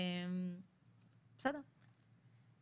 גברתי יושבת-הראש,